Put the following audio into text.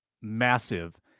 massive